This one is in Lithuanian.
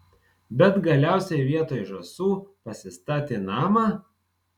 bet galiausiai vietoj žąsų pasistatė namą